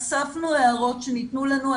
אספנו הערות שניתנו לנו,